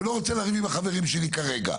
ולא רוצה לריב עם החברים שלי כרגע,